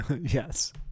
Yes